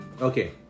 Okay